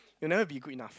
it will never be good enough